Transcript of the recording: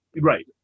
Right